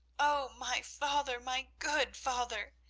oh, my father, my good father,